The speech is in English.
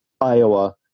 Iowa